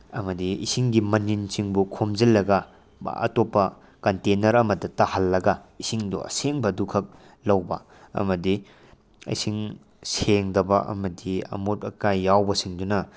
ꯑꯃꯗꯤ ꯏꯁꯤꯡꯒꯤ ꯃꯅꯤꯟꯁꯤꯡꯕꯨ ꯈꯣꯝꯖꯤꯜꯂꯒ ꯑꯇꯣꯞꯄ ꯀꯟꯇꯦꯟꯅꯔ ꯑꯃꯗ ꯇꯥꯍꯜꯂꯒ ꯏꯁꯤꯡꯗꯣ ꯑꯁꯦꯡꯕꯗꯨꯈꯛ ꯂꯧꯕ ꯑꯃꯗꯤ ꯏꯁꯤꯡ ꯁꯦꯡꯗꯕ ꯑꯃꯗꯤ ꯑꯃꯣꯠ ꯑꯀꯥꯏ ꯌꯥꯎꯕꯁꯤꯡꯗꯨꯅ